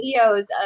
videos